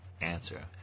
answer